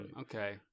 okay